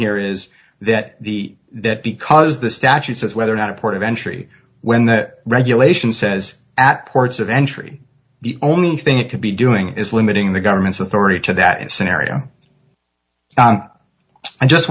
here is that the that because the statute says whether or not a port of entry when the regulation says at ports of entry the only thing it could be doing is limiting the government's authority to that scenario i just